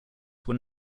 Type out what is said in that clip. were